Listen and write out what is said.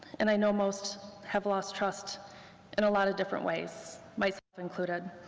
and i know most have lost trust in a lot of different ways, myself included.